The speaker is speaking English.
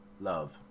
love